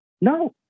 no